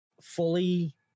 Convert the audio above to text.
fully